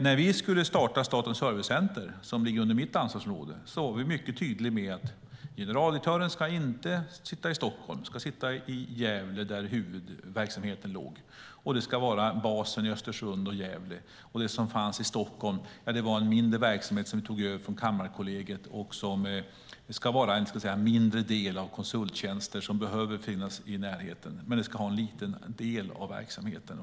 När vi skulle starta Statens servicecenter, som ligger under mitt ansvarsområde, var vi mycket tydliga med att generaldirektören inte skulle sitta i Stockholm utan i Gävle där huvudverksamheten låg, och basen skulle vara i Östersund och Gävle. Det som fanns i Stockholm var en mindre verksamhet som vi tog över från Kammarkollegiet. Det ska vara en mindre del av konsulttjänster som behöver finnas i närheten, men det ska ha en liten del av verksamheten.